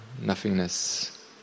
nothingness